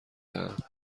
دهم